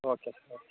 okay sir okay